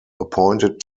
appointed